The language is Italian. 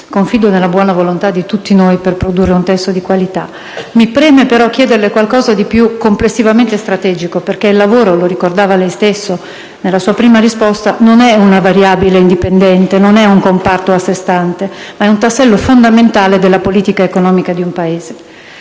Confido nella buona volontà di tutti noi per produrre un testo di qualità. Mi preme però chiederle qualcosa di più complessivamente strategico, perché il lavoro - lo ricordava lei stesso nella sua prima risposta - non è una variabile indipendente, non è un comparto a sé stante, ma è un tassello fondamentale della politica economica di un Paese.